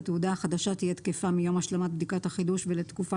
התעודה החדשה תהיה תקפה מיום השלמת בדיקות החידוש ולתקופה